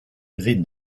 within